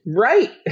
Right